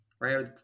right